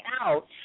out